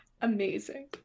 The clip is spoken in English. Amazing